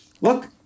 Look